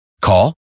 Call